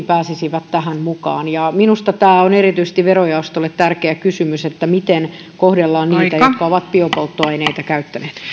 pääsisi tähän mukaan minusta tämä on erityisesti verojaostolle tärkeä kysymys miten kohdellaan niitä jotka ovat biopolttoaineita käyttäneet